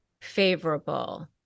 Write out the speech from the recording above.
favorable